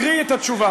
אני מקריא את התשובה.